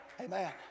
Amen